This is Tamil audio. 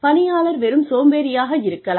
பணியாளர் வெறும் சோம்பேறியாக இருக்கலாம்